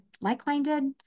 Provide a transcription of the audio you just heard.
like-minded